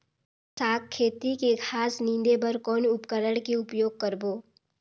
साग खेती के घास निंदे बर कौन उपकरण के उपयोग करबो?